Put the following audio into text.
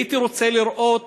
הייתי רוצה לראות